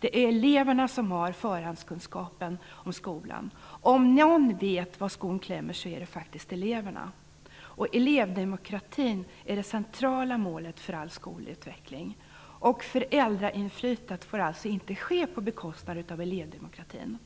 Det är eleverna som har förhandskunskapen om skolan. Om någon vet var skon klämmer är det faktiskt eleverna. Elevdemokratin är det centrala målet för all skolutveckling. Föräldrainflytandet får alltså inte komma till stånd på bekostnad av elevdemokratin.